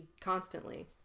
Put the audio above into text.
constantly